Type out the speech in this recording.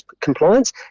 compliance